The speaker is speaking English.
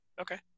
Okay